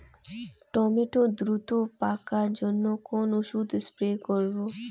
Tomato দ্রুত পাকার জন্য কোন ওষুধ স্প্রে করব?